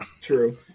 true